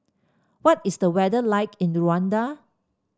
what is the weather like in Rwanda